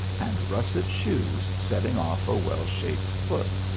and russet shoes setting off a well shaped foot.